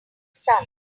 stunt